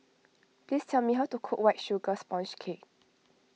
please tell me how to cook White Sugar Sponge Cake